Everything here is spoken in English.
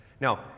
Now